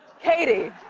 katy!